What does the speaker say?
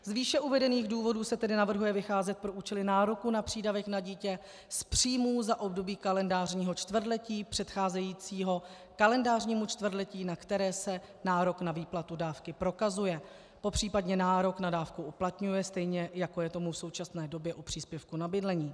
Z výše uvedených důvodů se tedy navrhuje vycházet pro účely nároku na přídavek na dítě z příjmů za období kalendářního čtvrtletí předcházejícího kalendářnímu čtvrtletí, na které se nárok na výplatu dávky prokazuje, popřípadě nárok na dávku uplatňuje, stejně jako je tomu v současné době u příspěvku na bydlení.